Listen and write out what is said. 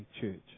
church